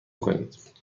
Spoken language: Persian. کنید